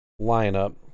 lineup